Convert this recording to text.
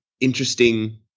interesting